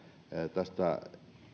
tästä